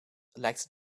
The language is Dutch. lijkt